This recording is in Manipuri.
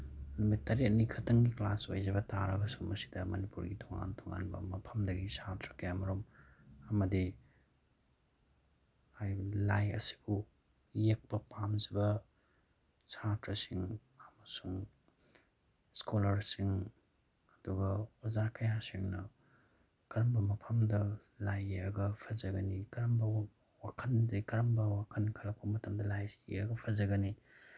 ꯅꯨꯃꯤꯠ ꯇꯔꯦꯠꯅꯤ ꯈꯛꯇꯪꯒꯤ ꯀ꯭ꯂꯥꯁ ꯑꯣꯏꯖꯕ ꯇꯥꯔꯒꯁꯨ ꯃꯁꯤꯗ ꯃꯅꯤꯄꯨꯔꯒꯤ ꯇꯣꯉꯥꯟ ꯇꯣꯉꯥꯟꯕ ꯃꯐꯝꯗꯒꯤ ꯁꯥꯇ꯭ꯔ ꯀꯌꯥꯃꯔꯣꯝ ꯑꯃꯗꯤ ꯍꯥꯏꯔꯤꯕ ꯂꯥꯏ ꯑꯁꯤꯕꯨ ꯌꯦꯛꯄ ꯄꯥꯝꯖꯕ ꯁꯥꯇ꯭ꯔꯁꯤꯡ ꯑꯃꯁꯨꯡ ꯏꯁꯀꯣꯂꯥꯔꯁꯤꯡ ꯑꯗꯨꯒ ꯑꯣꯖꯥ ꯀꯌꯥꯁꯤꯡꯅ ꯀꯔꯝꯕ ꯃꯐꯝꯗ ꯂꯥꯏ ꯌꯦꯛꯑꯒ ꯐꯖꯒꯅꯤ ꯀꯔꯝꯕ ꯋꯥꯈꯟꯗꯒꯤ ꯀꯔꯝꯕ ꯋꯥꯈꯟ ꯈꯜꯂꯛꯄ ꯃꯇꯝꯗ ꯂꯥꯏꯁꯤ ꯌꯦꯛꯑꯒ ꯐꯖꯒꯅꯤ